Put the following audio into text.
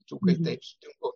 dzūkai taip sutinku